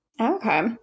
Okay